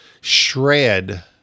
shred